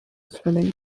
swimming